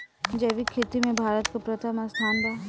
जैविक खेती में भारत के प्रथम स्थान बा